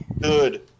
Good